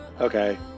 Okay